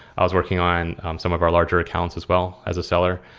i was working on some of our larger accounts as well as a seller.